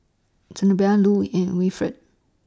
Zenobia Lue and Wilfred